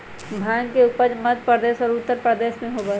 भांग के उपज मध्य प्रदेश और उत्तर प्रदेश में होबा हई